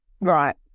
Right